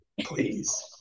please